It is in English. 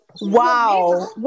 Wow